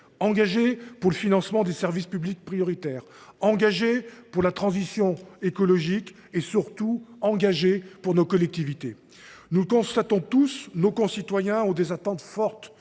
engagé pour le financement des services publics prioritaires, pour la transition écologique et, surtout, pour nos collectivités. Nous le constatons tous : nos concitoyens ont des attentes fortes